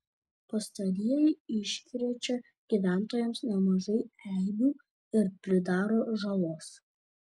pastarieji iškrečia gyventojams nemažai eibių ir pridaro žalos